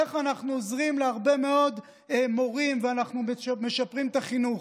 איך אנחנו עוזרים להרבה מאוד מורים ואנחנו משפרים את החינוך.